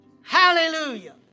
Hallelujah